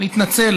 להתנצל